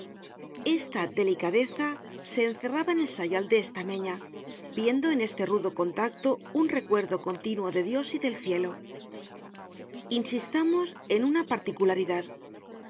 esta delicadeza se encerraba en el sayal de estameña viendo en este rudo contacto un recuerdo continuo de dios y del cielo insistamos en una particularidad